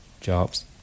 jobs